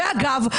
אגב,